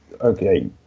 okay